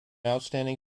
outstanding